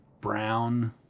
brown